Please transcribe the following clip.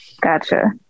Gotcha